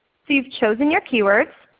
you've chosen your keywords.